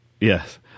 Yes